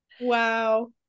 Wow